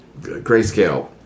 Grayscale